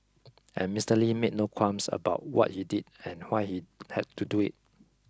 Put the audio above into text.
and Mister Lee made no qualms about what he did and why he had to do it